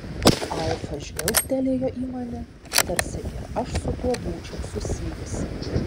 alfa žvilgtelėjo į mane tarsi ir aš su tuo būčiau susijusi